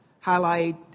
highlight